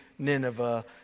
Nineveh